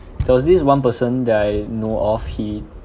there was this one person that I know of he